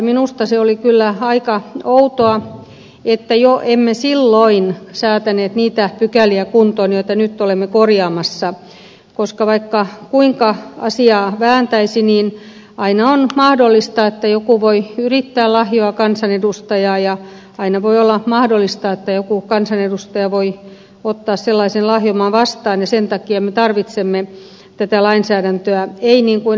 minusta se oli kyllä aika outoa että emme jo silloin säätäneet niitä pykäliä kuntoon joita nyt olemme korjaamassa koska vaikka kuinka asiaa vääntäisi niin aina on mahdollista että joku voi yrittää lahjoa kansanedustajaa ja aina voi olla mahdollista että joku kansanedustaja voi ottaa sellaisen lahjoman vastaan ja sen takia me tarvitsemme tätä lainsäädäntöä ei niin kuin ed